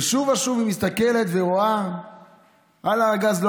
ושוב ושוב היא מסתכלת ורואה את הארגז.